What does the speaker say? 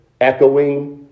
Echoing